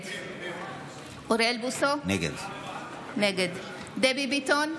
נגד אוריאל בוסו, נגד דבי ביטון,